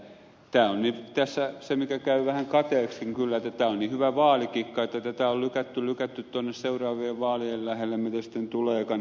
tämä on tässä se mikä käy vähän kateeksikin kyllä että tämä on niin hyvä vaalikikka että tätä on lykätty lykätty tuonne seuraavien vaalien lähelle mitä sitten tuleekaan